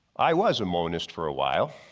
i was a monist for a while